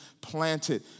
planted